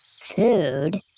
food